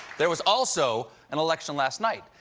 there was also an election last night.